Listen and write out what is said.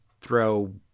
throw